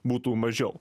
būtų mažiau